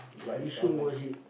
ya you should watch it